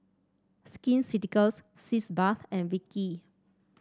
Skin Ceuticals Sitz Bath and Vichy